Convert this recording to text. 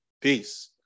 Peace